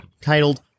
titled